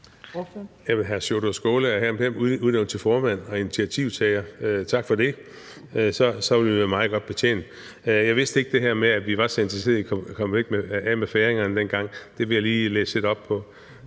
hr. Sjúrður Skaale er hermed udnævnt til formand og initiativtager – tak for det. Så vil vi være meget godt betjent. Jeg vidste ikke det her med, at vi var så interesseret i at komme af med færingerne dengang – det vil jeg lige læse lidt op på.